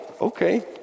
Okay